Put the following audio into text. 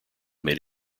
made